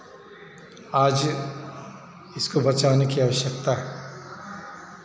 आज इसको बचाने की आवश्यकता है